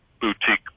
boutique